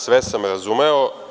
Sve sam razumeo.